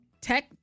Tech